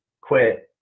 quit